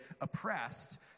oppressed